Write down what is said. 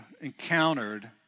encountered